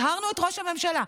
הזהרנו את ראש הממשלה?